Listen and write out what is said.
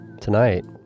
tonight